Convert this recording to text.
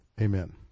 Amen